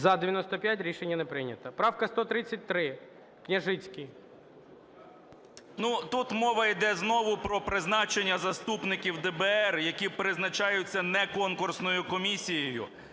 За-95 Рішення не прийнято. Правка 133, Княжицький.